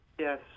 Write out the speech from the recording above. Yes